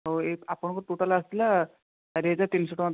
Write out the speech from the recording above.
ଓ ଏଇ ଆପଣଙ୍କର ଟୋଟାଲ୍ ଆସିଲା ଚାରିହଜାର ତିନଶହ ଟଙ୍କା